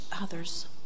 others